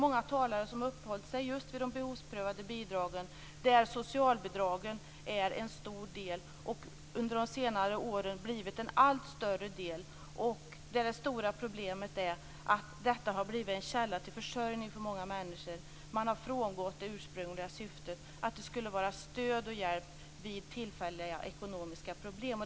Många talare har i dag uppehållit sig just vid de behovsprövade bidragen, där socialbidragen är en stor del och under senare år har blivit en allt större del. Det stora problemet är att detta har blivit en källa till försörjning för många människor. Man har frångått det ursprungliga syftet att vara stöd och hjälp vid tillfälliga ekonomiska problem.